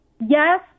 yes